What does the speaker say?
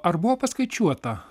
ar buvo paskaičiuota